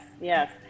yes